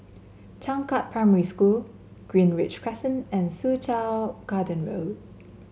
Changkat Primary School Greenridge Crescent and Soo Chow Garden Road